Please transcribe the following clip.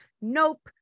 nope